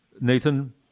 Nathan